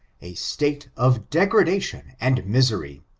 a state of degradation and misery,